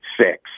six